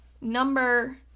number